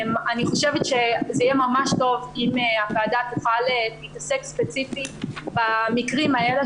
אני חושבת שזה יהיה ממש טוב אם הוועדה תתעסק ספציפית במקרים האלה,